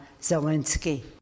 Zelensky